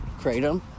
Kratom